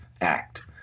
act